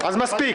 רשמתי.